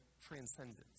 transcendence